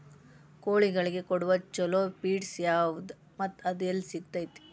ಕೋಳಿಗಳಿಗೆ ಕೊಡುವ ಛಲೋ ಪಿಡ್ಸ್ ಯಾವದ ಮತ್ತ ಅದ ಎಲ್ಲಿ ಸಿಗತೇತಿ?